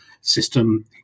system